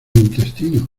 intestino